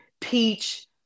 peach